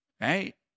right